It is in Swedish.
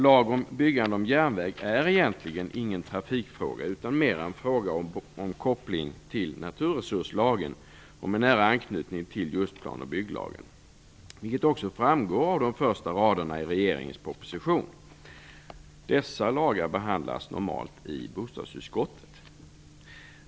Lag om byggande av järnväg är egentligen inte en trafikfråga utan en fråga som mera är kopplad till naturresurslagen och har nära anknytning till planoch bygglagen, vilket också framgår av de första raderna i regeringens proposition. Dessa lagar behandlas normalt i bostadsutskottet.